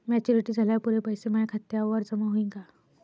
Maturity झाल्यावर पुरे पैसे माया खात्यावर जमा होईन का?